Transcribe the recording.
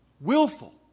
Willful